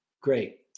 Great